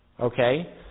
Okay